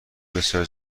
بسیار